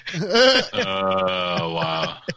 wow